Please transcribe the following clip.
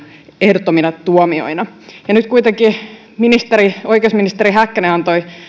ehdottomina tuomioina nyt kuitenkin oikeusministeri häkkänen antoi